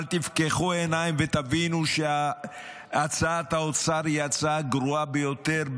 אבל תפקחו עיניים ותבינו שהצעת האוצר היא הצעה גרועה ביותר.